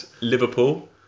Liverpool